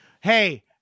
Hey